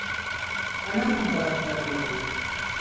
ᱟᱭᱢᱟ ᱨᱚᱠᱚᱢ ᱯᱳᱥᱟᱠ ᱛᱟᱸᱦᱮ ᱠᱟᱱ ᱛᱟᱵᱳᱱᱟ